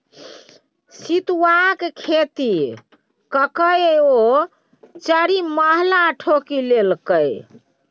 सितुआक खेती ककए ओ चारिमहला ठोकि लेलकै